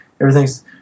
everything's